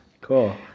cool